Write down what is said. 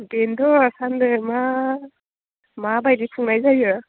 बेनोथ' सान्दों मा माबायदि खुंनाय जायो